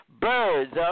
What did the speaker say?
Birds